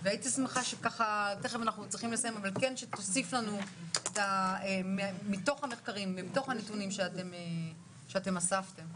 אם תוכל להוסיף לנו מתוך המחקרים והנתונים שאתם אספתם.